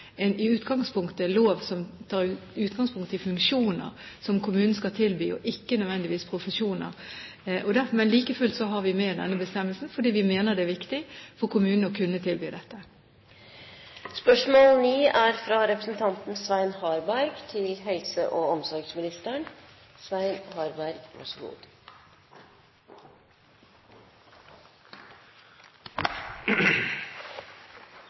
en lov som tar utgangspunkt i funksjoner som kommunene skal tilby og ikke nødvendigvis profesjoner. Like fullt har vi med denne bestemmelsen fordi vi mener det er viktig for kommunene å kunne tilby dette. Jeg vil gjerne stille følgende spørsmål til helse- og omsorgsministeren: